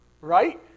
right